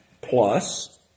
plus